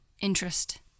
interest